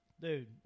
Dude